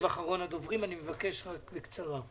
אחרון הדוברים גלעד קריב, בקצרה.